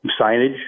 signage